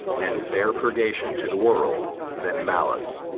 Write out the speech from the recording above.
and faire purgation to the world then malice,